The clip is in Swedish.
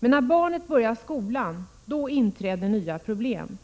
När barnet börjar skolan inträder nya problem.